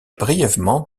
brièvement